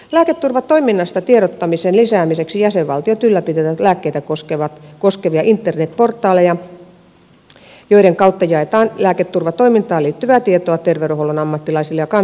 lääketurvatoiminnasta tiedottamisen lisäämiseksi jäsenvaltiot ylläpitävät lääkkeitä koskevia internetportaaleja joiden kautta jaetaan lääketurvatoimintaan liittyvää tietoa terveydenhuollon ammattilaisille ja kansalaisille